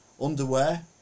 Underwear